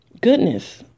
goodness